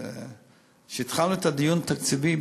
כשהתחלנו את הדיון התקציבי,